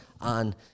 on